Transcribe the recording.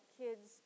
kids